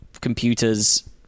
computers